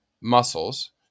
muscles